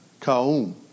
Ka'um